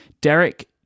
Derek